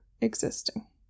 existing